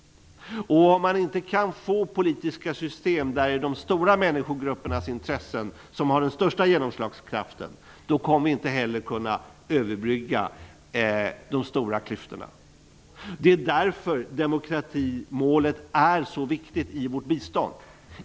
Om man inte kan få politiska system där de stora människogruppernas intressen har den största genomslagskraften, då kommer vi inte heller att kunna överbrygga de stora klyftorna. Det är därför demokratimålet är så viktigt i vårt bistånd.